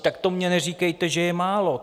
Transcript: Tak to mně neříkejte, že je málo!